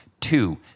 Two